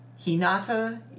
Hinata